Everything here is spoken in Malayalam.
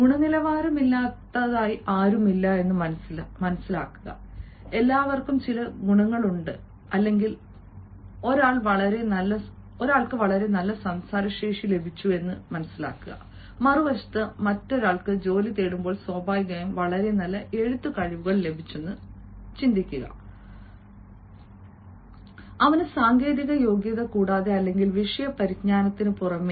ഗുണനിലവാരമില്ലാത്ത ആരുമില്ല എല്ലാവർക്കും ചില ഗുണനിലവാരമുണ്ടായിരുന്നു അല്ലെങ്കിൽ മറ്റൊരാൾക്ക് വളരെ നല്ല സംസാര ശേഷി ലഭിച്ചു മറുവശത്ത് ഒരാൾക്ക് ജോലി തേടുമ്പോൾ സ്വാഭാവികമായും വളരെ നല്ല എഴുത്ത് കഴിവുകൾ ലഭിച്ചു മറ്റൊരാൾക്ക് നല്ല ബോധ്യപ്പെടുത്തുന്ന കഴിവ് ലഭിച്ചു അവന്റെ സാങ്കേതിക യോഗ്യത കൂടാതെ അല്ലെങ്കിൽ വിഷയ പരിജ്ഞാനത്തിന് പുറമെ